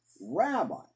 Rabbi